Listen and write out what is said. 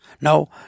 No